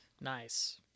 Nice